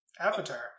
avatar